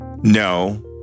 No